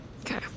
Okay